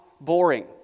boring